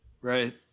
Right